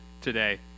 today